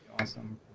awesome